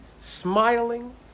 smiling